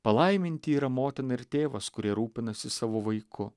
palaiminti yra motina ir tėvas kurie rūpinasi savo vaiku